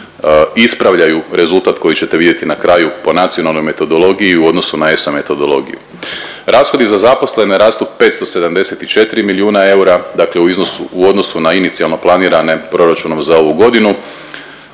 ispravljaju rezultat koji ćete vidjeti na kraju po nacionalnoj metodologiji u odnosu na ESA metodologiju. Rashodi za zaposlene rastu 574 milijuna eura, dakle u iznosu, u odnosu na inicijalno planirane proračunom za ovu godinu.